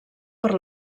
per